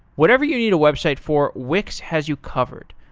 whatever you need a website for, wix has you covered.